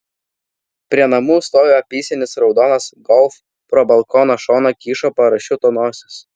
prie namų stovi apysenis raudonas golf pro balkono šoną kyšo parašiuto nosis